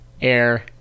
air